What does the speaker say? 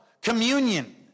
Communion